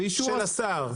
של השר.